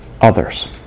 others